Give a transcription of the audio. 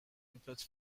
includes